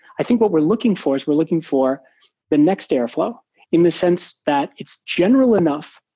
i think what we're looking for is we're looking for the next airflow in the sense that it's general enough.